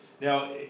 Now